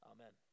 Amen